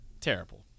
Terrible